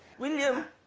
william.